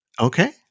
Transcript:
Okay